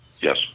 Yes